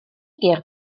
gur